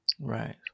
Right